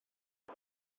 his